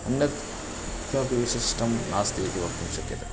अन्यत् किमपि विशिष्टं नास्ति इति वक्तुं शक्यते